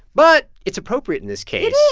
but it's appropriate in this case.